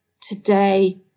today